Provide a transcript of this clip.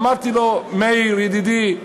אמרתי לו: מאיר ידידי,